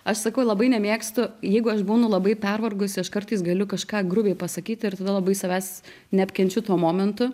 aš sakau labai nemėgstu jeigu aš būnu labai pervargusi aš kartais galiu kažką grubiai pasakyt ir tada labai savęs neapkenčiu tuo momentu